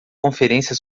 conferência